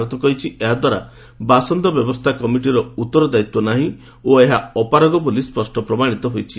ଭାରତ କହିଛି ଏହାଦ୍ୱାରା ବାସନ୍ଦ ବ୍ୟବସ୍ଥା କମିଟିର ଉଉରଦାୟିତା ନାର୍ହି ଓ ଏହା ଅପାରଗ ବୋଲି ସ୍ୱଷ୍ଟ ପ୍ରମାଣିତ ହୋଇଛି